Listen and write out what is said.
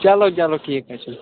چلو چلو ٹھیٖک حظ چھُ